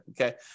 Okay